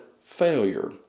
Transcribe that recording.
failure